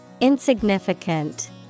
Insignificant